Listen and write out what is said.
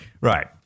Right